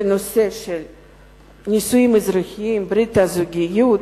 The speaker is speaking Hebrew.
בנושא של נישואים אזרחיים, ברית הזוגיות,